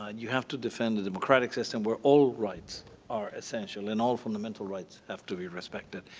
and you have to defend the democratic system where all rights are essential, and all fundamental rights have to be respected.